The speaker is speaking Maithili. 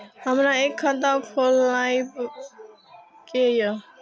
हमरा एक खाता खोलाबई के ये?